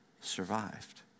survived